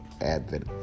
Advent